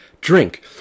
drink